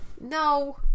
No